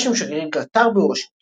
נפגש עם שגריר קטר בוושינגטון.